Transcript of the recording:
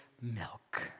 milk